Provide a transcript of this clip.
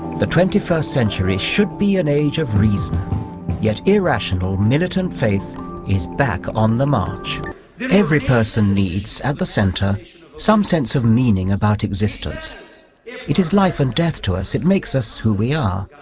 the twenty first century should be an age of reason yet irrational militant faith is back on the march every person needs at the center some sense of meaning about existence it is life and death to us it makes us who we are